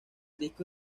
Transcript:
disco